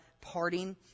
parting